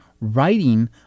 writing